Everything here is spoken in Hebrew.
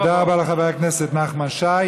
תודה רבה לחבר הכנסת נחמן שי.